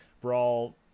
Brawl